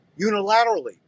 unilaterally